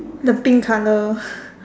the pink colour